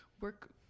work